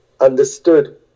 understood